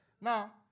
Now